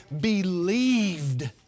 believed